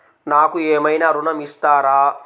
నాకు ఏమైనా ఋణం ఇస్తారా?